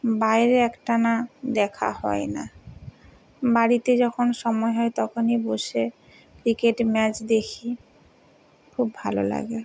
বাইরে এক টানা দেখা হয় না বাড়িতে যখন সময় হয় তখনই বসে ক্রিকেট ম্যাচ দেখি খুব ভালো লাগে